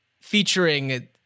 featuring